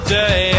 day